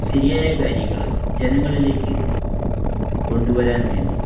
ശരിയായ കാര്യങ്ങൾ ജനങ്ങളിലേക്ക് കൊണ്ട് വരാൻ വേണ്ടി